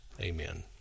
Amen